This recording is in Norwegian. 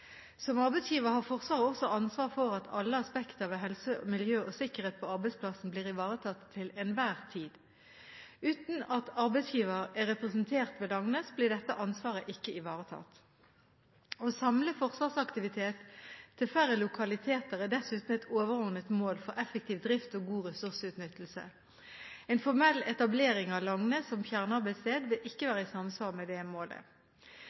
Som arbeidsgiver har Forsvaret også ansvar for at alle aspekter ved helse, miljø og sikkerhet på arbeidsplassen blir ivaretatt til enhver tid. Uten at arbeidsgiver er representert ved Langnes, blir dette ansvaret ikke ivaretatt. Å samle forsvarsaktivitet til færre lokaliteter er dessuten et overordnet mål for effektiv drift og god ressursutnyttelse. En formell etablering av Langnes som fjernarbeidssted vil ikke være i samsvar med dette målet.